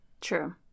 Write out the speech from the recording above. true